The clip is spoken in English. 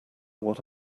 what